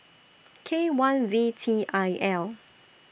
K one V T I L